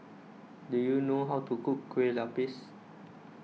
do you know how to cook Kue Lupis